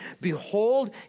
behold